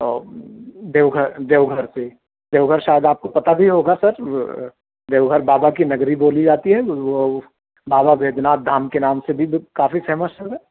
دیوگھر دیوگھر سے دیو گھر شاید آپ کو پتہ بھی ہوگا سر دیوگھر بابا کی نگری بولی جاتی ہے وہ بابا ویدناتھ دھام کے نام سے بھی کافی فیمس ہے سر